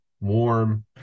warm